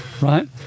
right